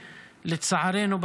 לצערנו,